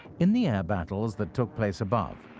in the air battles that took place above,